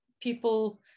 people